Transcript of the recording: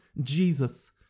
Jesus